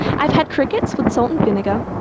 i've had crickets with salt and vinegar,